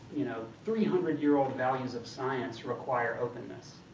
you know three hundred year old values of science require openness.